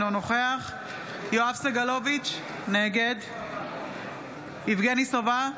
אינו נוכח יואב סגלוביץ' נגד יבגני סובה,